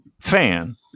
fan